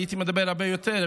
הייתי מדבר הרבה יותר,